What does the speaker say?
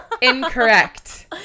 Incorrect